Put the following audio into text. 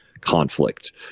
conflict